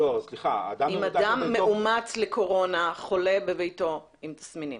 אדם מאומת קורונה, חולה בביתו עם תסמינים